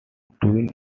twin